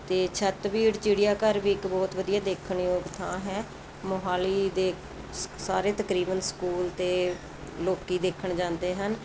ਤੇ ਛੱਤਬੀੜ ਚਿੜੀਆ ਘਰ ਵੀ ਇੱਕ ਬਹੁਤ ਵਧੀਆ ਦੇਖਣ ਯੋਗ ਥਾਂ ਹੈ ਮੋਹਾਲੀ ਦੇ ਸ ਸਾਰੇ ਤਕਰੀਬਨ ਸਕੂਲ ਤੇ ਲੋਕੀ ਦੇਖਣ ਜਾਂਦੇ ਹਨ